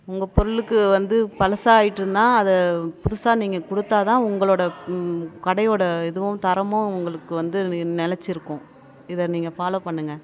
உங்கள் பொருளுக்கு வந்து பழசா ஆகிட்டுன்னா அதை புதுசாக நீங்கள் கொடுத்தா தான் உங்களோட கடையோட இதுவும் தரமும் உங்களுக்கு வந்து நி நிலச்சிருக்கும் இதை நீங்கள் ஃபாலோ பண்ணுங்க